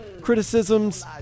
Criticisms